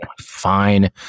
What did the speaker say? Fine